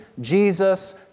Jesus